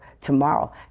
tomorrow